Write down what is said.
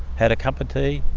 had a cup of tea,